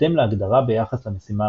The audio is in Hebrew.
בהתאם להגדרה ביחס למשימה המוצהרת.